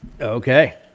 Okay